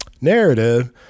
narrative